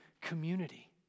community